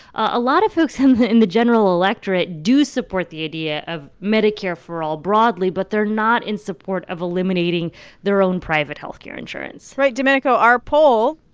a lot of folks and in the general electorate do support the idea of medicare for all broadly, but they're not in support of eliminating their own private health care insurance right. domenico, our poll,